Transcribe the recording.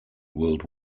world